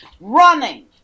running